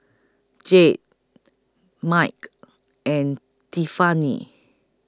Jed Mike and Tiffani